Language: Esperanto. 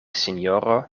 sinjoro